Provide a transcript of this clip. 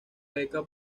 beca